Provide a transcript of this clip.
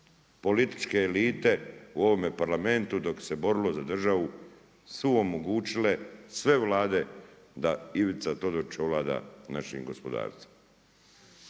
Političke elite u ovome Parlamentu dok se borilo za državu su omogućile sve Vlade da Ivica Todorić ovlada našim gospodarstvom.